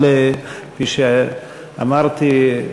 אבל כפי שאמרתי,